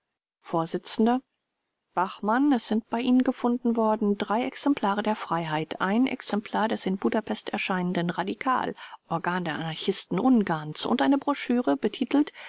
vors bachmann es sind bei ihnen gefunden worden exemplare der freiheit ein exemplar des in budapest erscheinenden radikal organ der anarchisten ungarns und eine broschüre betitelt